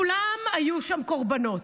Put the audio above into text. כולם היו שם קורבנות.